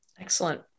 Excellent